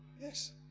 Yes